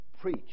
preach